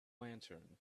lantern